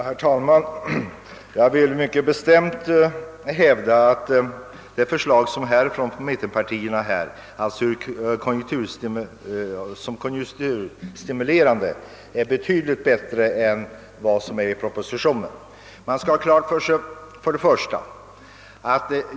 Herr talman! Jag vill mycket bestämt hävda att mittenpartiernas förslag är betydligt mer konjunkturstimulerande än propositionens.